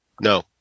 No